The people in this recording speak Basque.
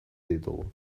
ditugu